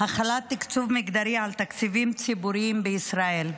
החלת תקצוב מגדרי על תקציבים ציבוריים בישראל.